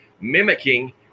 mimicking